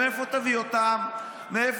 תתבייש לך.